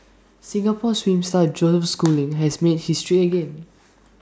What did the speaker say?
Singapore swim star Joseph schooling has made history again